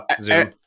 zoom